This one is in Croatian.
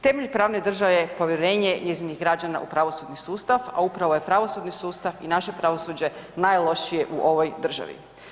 Temelj pravne države je povjerenje njezinih građana u pravosudni sustav, a upravo je pravosudni sustav i naše pravosuđe najlošije u ovoj državi.